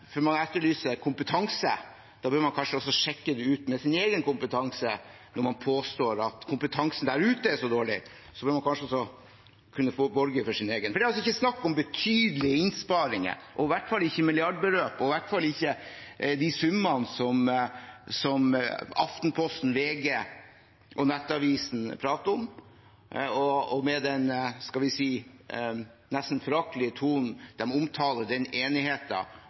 Før man påstår at kompetansen der ute er så dårlig, bør man kanskje også kunne borge for sin egen. For det er ikke snakk om betydelige innsparinger, og i hvert fall ikke milliardbeløp – og i hvert fall ikke de summene som Aftenposten, VG og Nettavisen prater om, med den nesten foraktelige tonen de omtaler enigheten på når vi